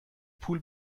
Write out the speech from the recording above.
پول